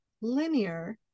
linear